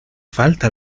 falta